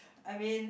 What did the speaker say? I mean